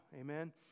Amen